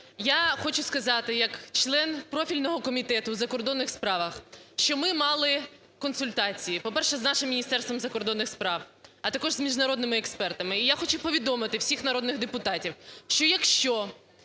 Я хочу сказати, як член профільного Комітету у закордонних справах, що ми мали консультації, по-перше, з нашим Міністерством закордонних справ, а також з міжнародними експертами. І я хочу повідомити всіх народних депутатів, що якщо